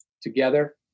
together